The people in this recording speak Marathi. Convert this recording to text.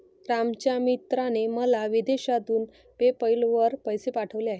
रामच्या मित्राने मला विदेशातून पेपैल वर पैसे पाठवले आहेत